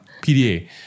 PDA